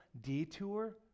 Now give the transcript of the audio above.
detour